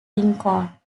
lincoln